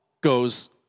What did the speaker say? goes